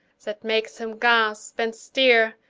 that makes him gaspe, and stare,